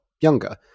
younger